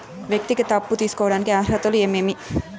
వ్యక్తిగత అప్పు తీసుకోడానికి అర్హతలు ఏమేమి